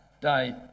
day